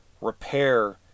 repair